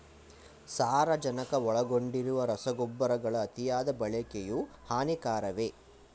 ಸಾರಜನಕ ಒಳಗೊಂಡಿರುವ ರಸಗೊಬ್ಬರಗಳ ಅತಿಯಾದ ಬಳಕೆಯು ಹಾನಿಕಾರಕವೇ?